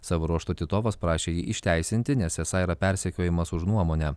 savo ruožtu titovas prašė jį išteisinti nes esą yra persekiojamas už nuomonę